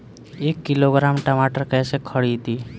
एक किलोग्राम टमाटर कैसे खरदी?